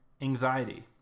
Anxiety